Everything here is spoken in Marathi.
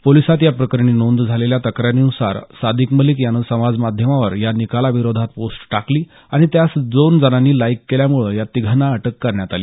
पोलिसात या प्रकरणी नोंद झालेल्या तक्रारीन्सार सादिक मलीक याने समाज माध्यमावर या निकालाविरोधात पोस्ट टाकली आणि त्यास दोन जणांनी लाईक केल्यामुळं या तिघांना अटक करण्यात आली